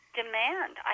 demand